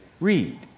Read